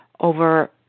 Over